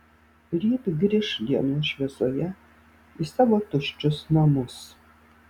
ryt grįš dienos šviesoje į savo tuščius namus